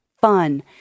fun